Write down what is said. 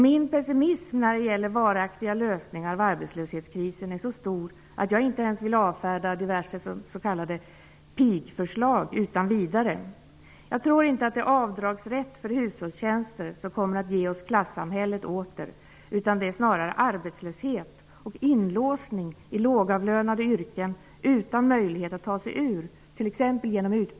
Min pessimism när det gäller varaktiga lösningar av arbetslöshetskrisen är så stor, att jag inte ens vill avfärda diverse s.k. pigförslag utan vidare. Jag tror inte att det är avdragsrätt för hushållstjänster som kommer att ge oss klassamhället åter, utan det är snarare arbetslöshet och inlåsning av människor i lågavlönade yrken utan möjlighet att ta sig ur, t.ex.